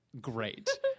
great